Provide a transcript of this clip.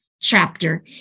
chapter